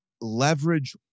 leverage